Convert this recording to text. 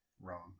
Wrong